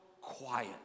quiet